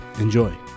Enjoy